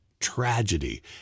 Tragedy